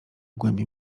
głębi